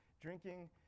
drinking